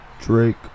Drake